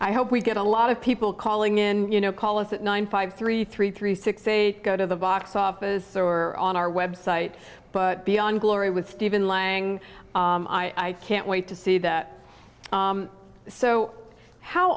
i hope we get a lot of people calling in you know call us at nine five three three three six eight go to the box office or on our website but beyond glory with stephen lang i can't wait to see that so how